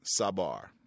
Sabar